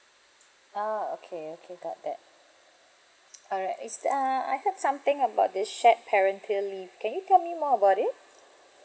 ah okay okay got that all right is that uh I heard something about this shared parental leave can you tell me more about it